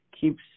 keeps